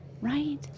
right